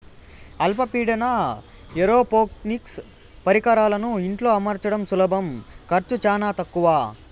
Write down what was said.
అల్ప పీడన ఏరోపోనిక్స్ పరికరాలను ఇంట్లో అమర్చడం సులభం ఖర్చు చానా తక్కవ